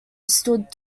stood